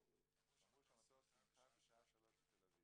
ואמרו שהמטוס ינחת בשעה שלוש בתל אביב.